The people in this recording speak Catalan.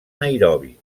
nairobi